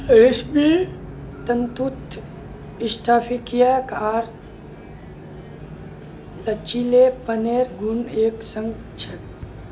रेशमी तंतुत स्फटिकीय आर लचीलेपनेर गुण एक संग ह छेक